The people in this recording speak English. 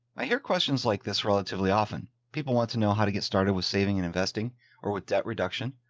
i hear questions like this relatively often. people want to know how to get started with saving and investing or with debt reduction,